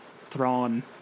Thrawn